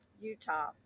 Utah